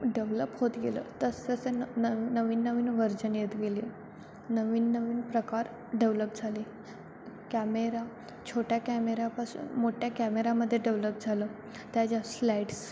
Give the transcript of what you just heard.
develop होत गेलं तसंतसं नवीन नवीन वर्जन येत गेले नवीन नवीन प्रकार डेवलप झाले कॅमेरा छोट्या कॅमेऱ्यापासून मोठ्या कॅमेरामध्ये डेवलप झालं त्याच्यावर स्लेड्स